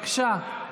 בבקשה.